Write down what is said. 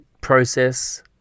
process